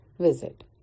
visit